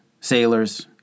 sailors